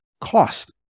cost